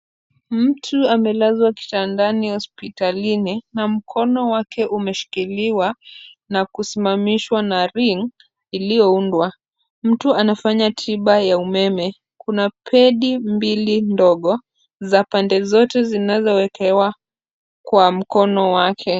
Mtu amelazwa kitandani hospitalini, na mkono wake umeshikiliwa na kisimamishwa na ring iliyoondwa. Mtu anafanya tiba ya umeme, kuna pedi mbili ndogo za pande zote zinazowekewa kwa mkono wake.